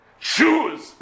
Choose